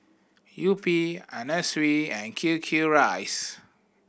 Yupi Anna Sui and Q Q Rice